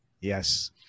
Yes